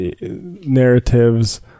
narratives